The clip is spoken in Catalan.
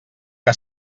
que